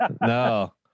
no